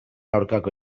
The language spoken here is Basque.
aurkako